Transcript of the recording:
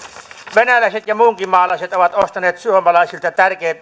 venäläiset ja muunkinmaalaiset ovat ostaneet suomalaisilta